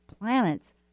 planets